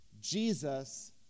Jesus